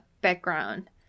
background